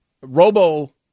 robo